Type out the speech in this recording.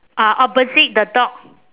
uh opposite the dog